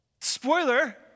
Spoiler